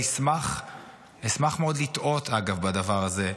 אני אשמח מאוד לטעות בדבר הזה,